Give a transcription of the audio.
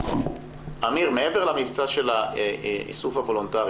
מעבר למבצע של האיסוף הוולונטרי,